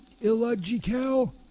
illogical